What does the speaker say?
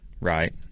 right